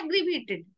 aggravated